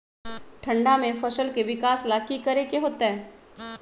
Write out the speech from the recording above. ठंडा में फसल के विकास ला की करे के होतै?